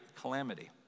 calamity